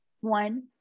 one